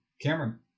Cameron